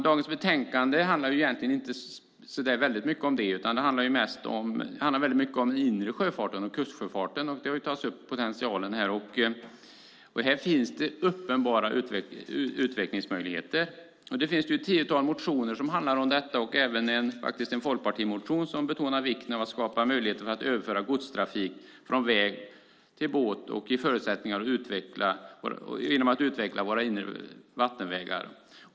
Dagens betänkande handlar inte så mycket om detta, utan det handlar mycket om den inre sjöfartens och kustsjöfartens potential. Här finns det uppenbara utvecklingsmöjligheter. Det finns ett tiotal motioner som handlar om detta. Det finns även en folkpartimotion där man betonar vikten av att skapa möjligheter för att överföra godstrafik från väg till båt genom att utveckla våra inre vattenvägar.